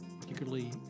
particularly